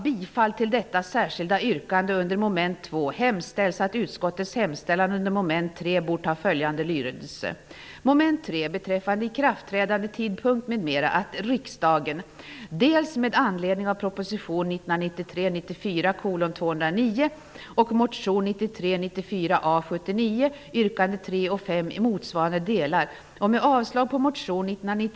Nu räcker det inte längre med läpparnas bekännelse för vissa partier. Johnny Ahlqvist sade tidigare i debatten att det är regelverket som är problemet med den nya akassan och inget annat. Det håller jag med om. Därför har jag framställt ett yrkande.